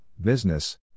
business